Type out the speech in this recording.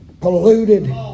polluted